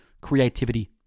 Creativity